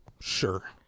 Sure